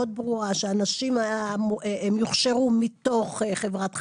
ברורה שהאנשים יוכשרו מתוך חברת חשמל,